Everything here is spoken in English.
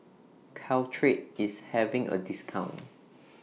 Caltrate IS having A discount